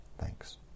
Thanks